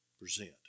Present